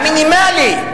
המינימלי,